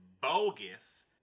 bogus